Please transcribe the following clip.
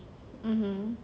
(uh huh)